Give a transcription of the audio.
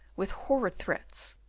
with horrid threats,